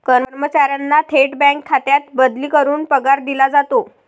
कर्मचाऱ्यांना थेट बँक खात्यात बदली करून पगार दिला जातो